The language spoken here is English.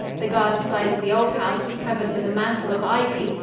the garden side of the old house was covered with a mantle of ivy,